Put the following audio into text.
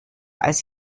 als